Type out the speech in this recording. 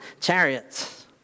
chariots